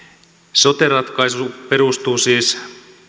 sote ratkaisu perustuu siis